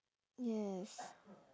yes